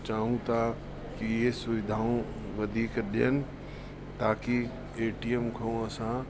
चाहूं था की इहे सुविधाऊं वधीक ॾेयनि ताकि एटीएम खां असां